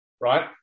right